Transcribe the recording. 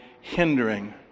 hindering